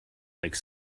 like